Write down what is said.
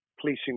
policing